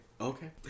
Okay